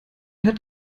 hat